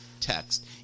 text